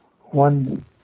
one